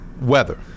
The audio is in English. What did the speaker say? weather